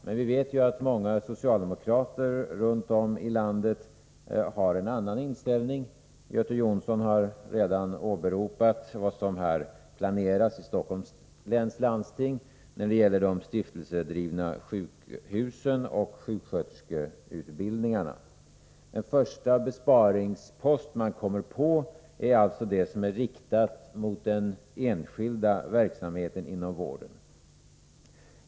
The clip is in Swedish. Men vi vet att många socialdemokrater runt om i landet har en annan inställning. Göte Jonsson har redan åberopat vad som planeras i Stockholms läns landsting när det gäller de stiftelsedrivna sjukhusen och sjuksköterskeutbildningarna. Den första besparingspost man kommer på är alltså riktad mot den enskilda verksamheten inom vården.